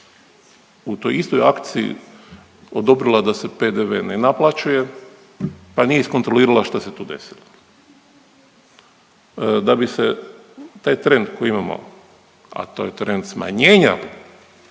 u toj istoj akciji odobrila da se PDV ne naplaćuje pa nije iskontrolirala što se tu desilo. Da bi se taj trend koji imamo, a to je taj trend smanjenja